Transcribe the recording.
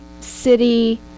city